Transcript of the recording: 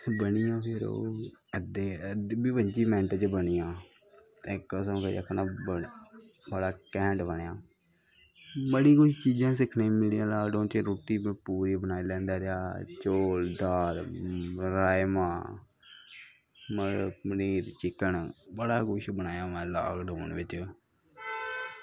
ते बनी गेआ फिर ओह् अद्धे अद्धे बीह् पं'जी मैंट च बनी गेआ ते कसम करियै आखा ना बड़ा कैंह्ट बनेआ बड़ियां कुछ चीज़ां सिक्खने गी मिलियां लाकडाउन च रुट्टी में पूरी बनाई लैंदे रेहा चौल दाल राजमांह् मटर पनीर चिकन बड़ा कुछ बनाया माए लाकडाउन बिच्च